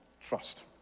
trust